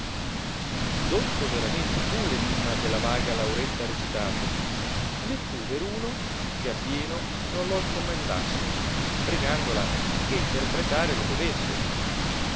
dotto veramente fu l'enimma dalla vaga lauretta recitato né fu veruno che a pieno non lo comandaste pregandola che interpretare lo dovesse